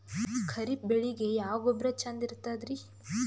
ಖರೀಪ್ ಬೇಳಿಗೆ ಯಾವ ಗೊಬ್ಬರ ಚಂದ್ ಇರತದ್ರಿ?